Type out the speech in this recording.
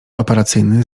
operacyjny